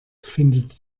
findet